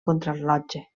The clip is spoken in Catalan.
contrarellotge